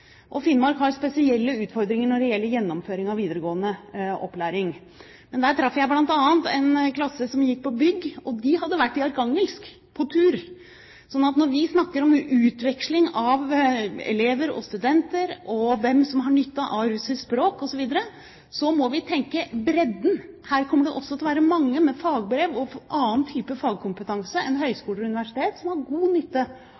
Finnmark. Finnmark har spesielle utfordringer når det gjelder gjennomføring av videregående opplæring. Der traff jeg bl.a. en klasse som gikk på bygglinjen, og de hadde vært i Arkhangelsk på tur. Når vi snakker om utveksling av elever og studenter, og om hvem som har nytte av russisk språk osv., må vi tenke i bredden. Her kommer det også til å være mange med fagbrev og annen type fagkompetanse enn høyskoler og universitet som har god nytte